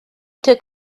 took